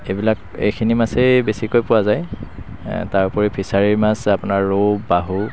এইবিলাক এইখিনি মাছেই বেছিকৈ পোৱা যায় তাৰ উপৰি আপোনাৰ ফিছাৰি মাছ ৰৌ বাহু